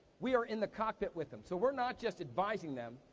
we are in the cockpit with them. so we're not just advising them,